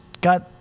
got